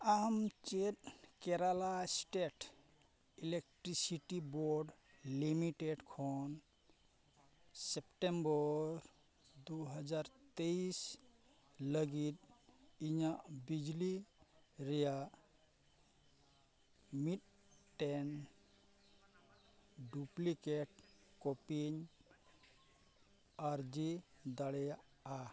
ᱟᱢ ᱪᱮᱫ Kerala state electricity board limited ᱠᱷᱚᱱ ᱥᱮᱯᱴᱮᱢᱵᱚᱨ ᱫᱩ ᱦᱟᱡᱟᱨ ᱛᱮᱭᱤᱥ ᱞᱟᱹᱜᱤᱫ ᱤᱧᱟᱹᱜ ᱵᱤᱡᱽᱞᱤ ᱨᱮᱭᱟᱜ ᱢᱤᱫᱴᱮᱱ ᱰᱩᱯᱞᱤᱠᱮᱴ ᱠᱚᱯᱤᱧ ᱟᱹᱨᱡᱤ ᱫᱟᱲᱮᱭᱟᱜᱼᱟ